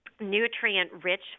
nutrient-rich